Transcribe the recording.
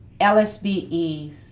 LSBE